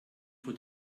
vor